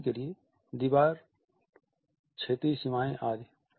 उदाहरण के लिए दीवार क्षेत्रीय सीमाएं आदि